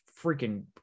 freaking